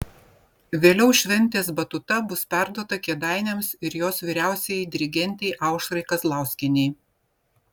vėliau šventės batuta bus perduota kėdainiams ir jos vyriausiajai dirigentei aušrai kazlauskienei